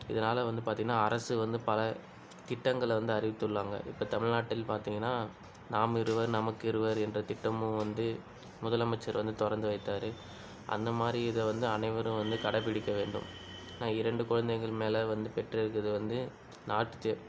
இதனால் வந்து பார்த்தின்னா அரசு வந்து பல திட்டங்களை வந்து அறிவித்துள்ளாங்க இப்போ தமிழ்நாட்டில் பார்த்திங்கன்னா நாம் இருவர் நமக்கு இருவர் என்ற திட்டமும் வந்து முதலமைச்சர் வந்து திறந்து வைத்தார் அந்த மாதிரி இதை வந்து அனைவரும் வந்து கடைபிடிக்க வேண்டும் என்ன இரண்டு குழந்தைகள் மேலே வந்து பெற்றெடுக்குறது வந்து நாட்டுக்கு